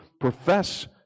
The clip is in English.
profess